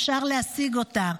אפשר להשיג אותה.